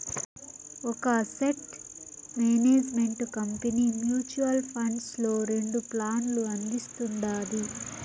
ఒక asset management company mutual funds లో రెండు ప్లాన్లు అందిస్తుండాది